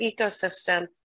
ecosystem